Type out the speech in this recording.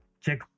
check